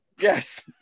Yes